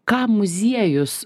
ką muziejus